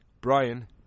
Brian